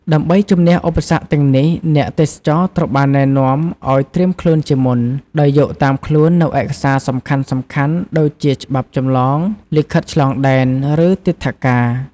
ដើម្បីជម្នះឧបសគ្គទាំងនេះ អ្នកទេសចរត្រូវបានណែនាំ ឲ្យត្រៀមខ្លួនជាមុន ដោយយកតាមខ្លួននូវឯកសារសំខាន់ៗ ដូចជាច្បាប់ចម្លងលិខិតឆ្លងដែន ឬទិដ្ឋាការ។